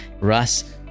Russ